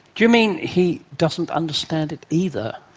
do you mean he doesn't understand it either?